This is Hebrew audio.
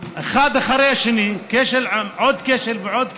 אחד אחרי השני, כשל ועוד כשל ועוד כשל,